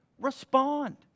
Respond